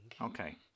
Okay